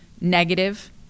negative